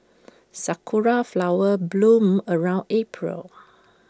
Sakura Flowers bloom around April